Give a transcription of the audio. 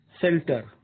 shelter